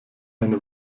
eine